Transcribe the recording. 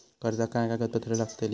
कर्जाक काय कागदपत्र लागतली?